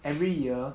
every year